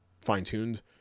fine-tuned